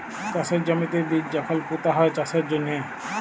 চাষের জমিতে বীজ যখল পুঁতা হ্যয় চাষের জ্যনহে